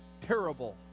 terrible